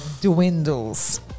dwindles